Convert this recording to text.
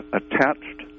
attached